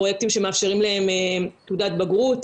פרויקטים שמאפשרים להם תעודת בגרות,